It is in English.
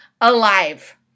alive